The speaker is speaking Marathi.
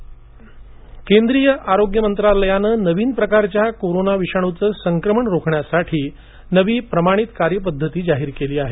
आरोग्य मंत्रालय केंद्रीय आरोग्य मंत्रालयाने नवीन प्रकारच्या कोरोना विषाणूचं संक्रमण रोखण्यासाठी नवी प्रमाणित कार्यपद्धत जाहीर केली आहे